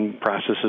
processes